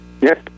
Yes